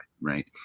right